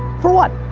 for what?